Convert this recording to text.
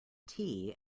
tea